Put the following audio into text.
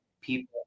people